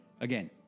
Again